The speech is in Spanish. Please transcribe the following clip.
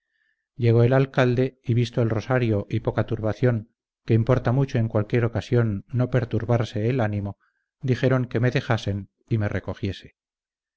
llegó el alcalde y visto el rosario y poca turbación que importa mucho en cualquier ocasión no perturbarse el ánimo dijo que me dejasen y me recogiese